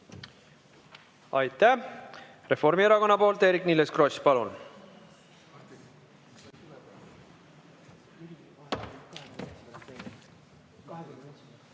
Aitäh! Reformierakonna nimel Eerik-Niiles Kross, palun!